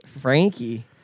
Frankie